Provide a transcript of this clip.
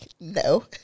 no